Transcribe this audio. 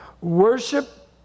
Worship